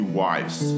wives